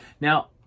Now